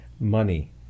money